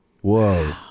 Whoa